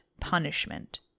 punishment